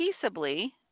peaceably